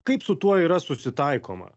kaip su tuo yra susitaikoma